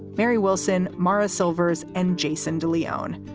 mary wilson, morris silvers and jason de leon.